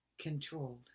controlled